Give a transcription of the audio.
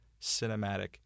cinematic